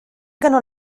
ganó